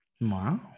wow